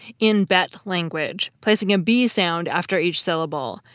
in bet language, placing a b sound after each syllable.